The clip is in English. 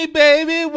baby